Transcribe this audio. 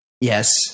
Yes